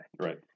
Right